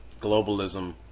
globalism